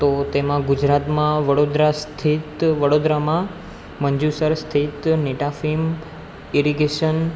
તો તેમાં ગુજરાતમાં વડોદરા સ્થિત વળોદરામાં મંજુસર સ્થિત નેટાફિમ ઇરીગેશન